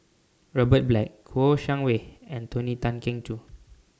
Robert Black Kouo Shang Wei and Tony Tan Keng Joo